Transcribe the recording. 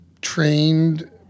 trained